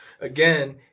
again